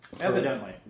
Evidently